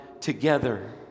together